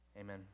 Amen